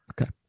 okay